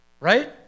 Right